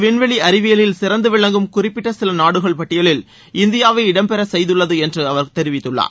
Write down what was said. விண்வெளி அறிவியலில் சிறந்து விளங்கும் குறிப்பிட்ட சில நாடுகள் பட்டியலில் இந்தியாவை இடம்பெற செய்துள்ள என்று அவர் குறிப்பிட்டுள்ளார்